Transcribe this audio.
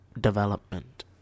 development